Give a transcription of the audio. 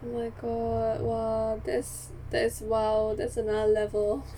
oh my god !wah! that's that's !wow! that's another level